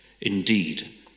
Indeed